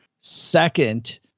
Second